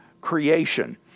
creation